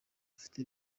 bufite